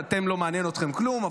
לא מעניין אתכם כלום,